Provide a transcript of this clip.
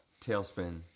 Tailspin